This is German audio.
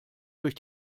durch